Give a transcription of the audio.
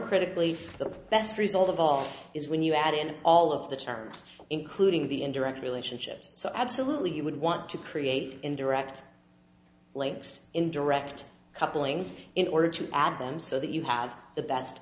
critically the best result of all is when you add in all of the terms including the indirect relationships so absolutely you would want to create indirect links in direct couplings in order to add them so that you have the best